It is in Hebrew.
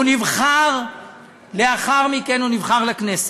הוא נבחר לאחר מכן לכנסת.